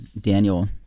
Daniel